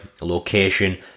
location